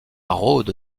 rhode